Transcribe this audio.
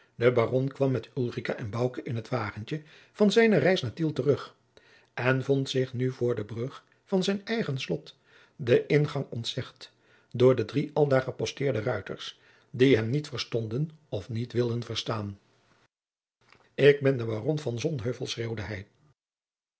de baron kwam met ulrica en bouke in het wagentje van zijne reis naar tiel terug en vond zich nu voor de brug van zijn eigen slot den ingang ontzegd door de drie aldaar geposteerde ruiters die hem niet verstonden of niet wilden verstaan ik ben de baron van